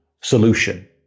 solution